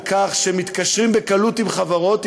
על כך שמתקשרים בקלות עם חברות,